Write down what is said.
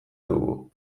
dugu